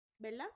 Bella